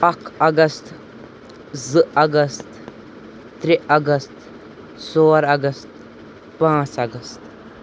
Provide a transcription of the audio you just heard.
اکھ اگست زٕ اگست ترے اگست ژور اگست پانٛژھ اگست